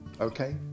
Okay